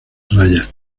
rayas